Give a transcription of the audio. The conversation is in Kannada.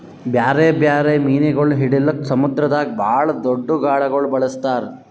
ಬ್ಯಾರೆ ಬ್ಯಾರೆ ಮೀನುಗೊಳ್ ಹಿಡಿಲುಕ್ ಸಮುದ್ರದಾಗ್ ಭಾಳ್ ದೊಡ್ದು ಗಾಳಗೊಳ್ ಬಳಸ್ತಾರ್